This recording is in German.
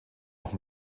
auch